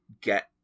get